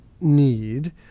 need